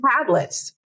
tablets